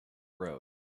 road